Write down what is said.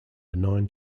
benign